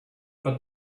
but